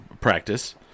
practice